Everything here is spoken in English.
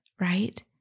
right